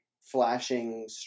flashing